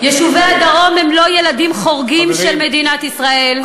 יישובי הדרום הם לא ילדים חורגים של מדינת ישראל.